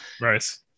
right